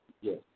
Yes